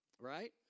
Right